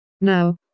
Now